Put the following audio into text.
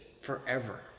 forever